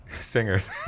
singers